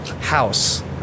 house